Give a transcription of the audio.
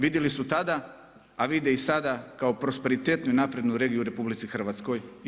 Vidjeli su tada, a vide i sada kao prosperitetnu i naprednu regiju u RH i EU.